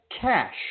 cash